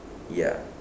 ya